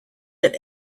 that